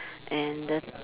and the